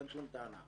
אין שום טענות.